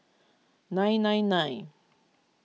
nine nine nine